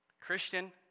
christian